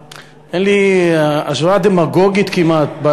ההשוואה דמגוגית כמעט,